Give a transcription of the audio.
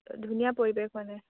ধুনীয়া পৰিৱেশ মানে